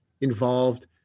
involved